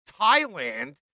Thailand